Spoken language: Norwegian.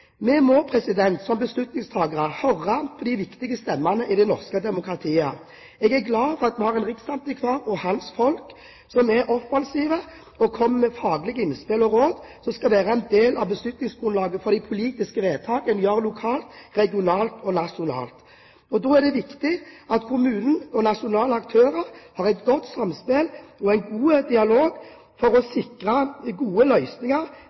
Som beslutningstakere må vi høre på de viktige stemmene i det norske demokratiet. Jeg er glad for at vi har en riksantikvar – og hans folk – som er offensiv og kommer med faglige innspill og råd som skal være en del av beslutningsgrunnlaget for de politiske vedtak en gjør lokalt, regionalt og nasjonalt. Da er det viktig at kommunen og nasjonale aktører har et godt samspill og god dialog for å sikre de gode løsninger,